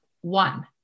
one